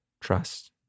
trust